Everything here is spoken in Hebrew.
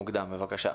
תודה.